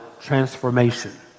Transformation